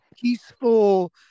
peaceful